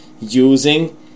using